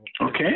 Okay